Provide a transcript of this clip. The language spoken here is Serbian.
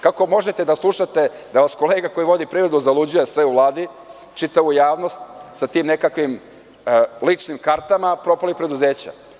Kako možete da slušate da vas kolega koji vodi privredu zaluđuje sve u Vladi, čitavu javnost, sa tim nekakvim ličnim kartama propalih preduzeća?